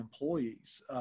employees